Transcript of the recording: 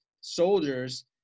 soldiers